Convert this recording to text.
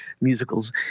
musicals